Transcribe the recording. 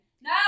no